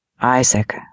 Isaac